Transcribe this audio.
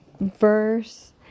Verse